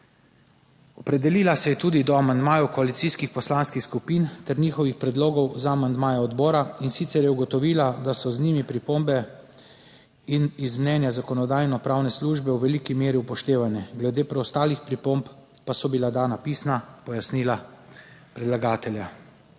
TRAK: (SC) – 12.15 (nadaljevanje) poslanskih skupin ter njihovih predlogov za amandmaje odbora. In sicer je ugotovila, da so z njimi pripombe in iz mnenja Zakonodajno-pravne službe v veliki meri upoštevane. Glede preostalih pripomb pa so bila dana pisna pojasnila predlagatelja.